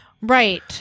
Right